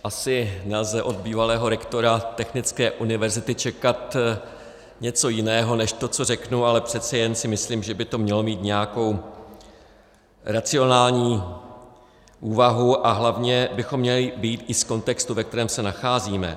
Asi nelze od bývalého rektora Technické univerzity čekat něco jiného než to, co řeknu, ale přece jen si myslím, že by to mělo mít nějakou racionální úvahu a hlavně bychom měli vyjít i z kontextu, ve kterém se nacházíme.